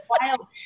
wild